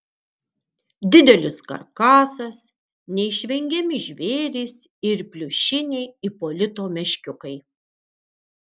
didelis karkasas neišvengiami žvėrys ir pliušiniai ipolito meškiukai